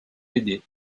aidé